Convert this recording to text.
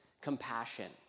compassion